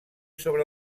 sobre